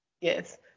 Yes